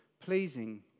pleasing